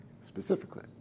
specifically